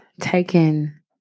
taken